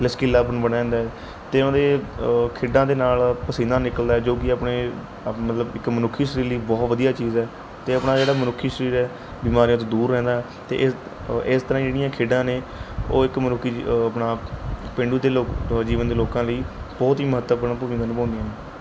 ਲਚਕੀਲਾਪਣ ਬਣਿਆ ਰਹਿੰਦਾ ਏ ਅਤੇ ਉਨ੍ਹਾਂ ਦੇ ਖੇਡਾਂ ਦੇ ਨਾਲ ਪਸੀਨਾ ਨਿਕਲਦਾ ਜੋ ਕਿ ਆਪਣੇ ਆਪ ਮਤਲਬ ਇੱਕ ਮਨੁੱਖੀ ਸਰੀਰ ਲਈ ਬਹੁਤ ਵਧੀਆ ਚੀਜ਼ ਹੈ ਅਤੇ ਆਪਣਾ ਜਿਹੜਾ ਮਨੁੱਖੀ ਸਰੀਰ ਹੈ ਬਿਮਾਰੀਆਂ ਤੋਂ ਦੂਰ ਰਹਿੰਦਾ ਅਤੇ ਇਸ ਇਸ ਤਰ੍ਹਾਂ ਜਿਹੜੀਆਂ ਖੇਡਾਂ ਨੇ ਉਹ ਇੱਕ ਮਨੁੱਖੀ ਜੀ ਆਪਣਾ ਪੇਂਡੂ ਅਤੇ ਲੋ ਜੀਵਨ ਦੇ ਲੋਕਾਂ ਲਈ ਬਹੁਤ ਹੀ ਮਹੱਤਵਪੂਰਨ ਭੂਮਿਕਾ ਨਿਭਾਉਂਦੀਆਂ ਨੇ